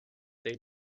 they